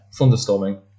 Thunderstorming